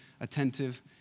attentive